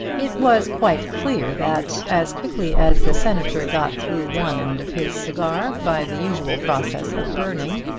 it was quite clear that as quickly as the senator got through one end of his cigar by the usual process of burning,